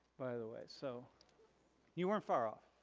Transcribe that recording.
by the way. so you weren't far off,